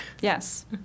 Yes